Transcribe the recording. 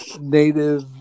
Native